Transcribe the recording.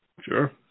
Sure